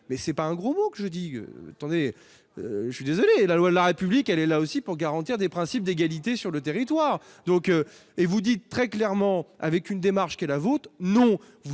mais c'est pas un gros mot que je dis tendez je suis désolé, la loi de la République, elle est là aussi pour garantir des principes d'égalité sur le territoire, donc, et vous dites très clairement avec une démarche qui est la vôtre, non,